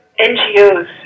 NGOs